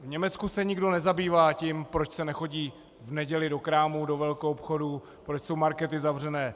V Německu se nikdo nezabývá tím, proč se nechodí v neděli do krámu, do velkoobchodu, proč jsou markety zavřené.